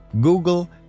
Google